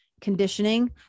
conditioning